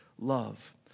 love